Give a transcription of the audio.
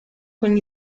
con